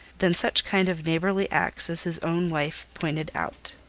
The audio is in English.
than such kind of neighbourly acts as his own wife pointed out.